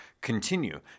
continue